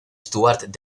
stuart